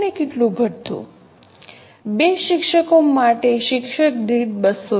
2 શિક્ષકો માટે શિક્ષક દીઠ 200